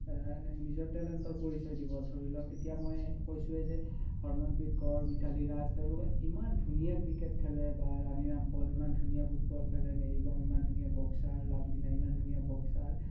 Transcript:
নিজৰ টেলেণ্টৰ পৰিচয় দিব ধৰি লওক এতিয়া মই কৈছোঁৱে যে হৰমনপ্ৰীত কৌৰ মিথালী ৰাজ তেওঁলোকে ইমান ধুনীয়া ক্ৰিকেট খেলে বা ৰাণী ৰামপল ইমান ধুনীয়া ফুটবল খেলে মেৰী কম ইমান ধুনীয়া বক্সাৰ লাভলিনা ইমান ধুনীয়া বক্সাৰ